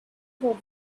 for